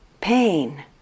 Pain